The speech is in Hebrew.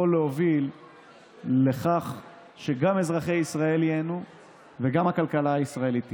יכול להוביל לכך שגם אזרחי ישראל ייהנו וגם הכלכלה הישראלית תפרח.